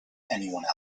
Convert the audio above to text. anyone